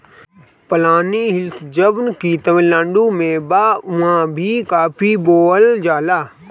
पलानी हिल्स जवन की तमिलनाडु में बा उहाँ भी काफी बोअल जाला